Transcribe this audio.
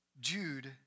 Jude